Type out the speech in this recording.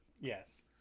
Yes